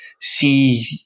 see